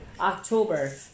October